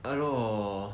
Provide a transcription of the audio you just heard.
I don't know